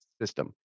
system